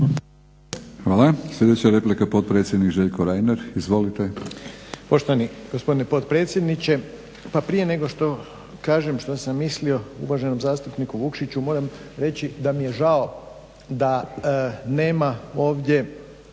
Hvala. Sljedeća replika, potpredsjednik Željko Reiner. Izvolite.